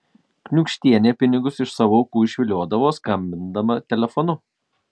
kniūkštienė pinigus iš savo aukų išviliodavo skambindama telefonu